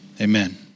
Amen